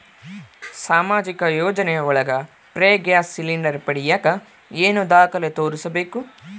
ಸಾಮಾಜಿಕ ಯೋಜನೆ ಒಳಗ ಫ್ರೇ ಗ್ಯಾಸ್ ಸಿಲಿಂಡರ್ ಪಡಿಯಾಕ ಏನು ದಾಖಲೆ ತೋರಿಸ್ಬೇಕು?